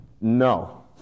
No